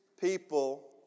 people